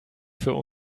für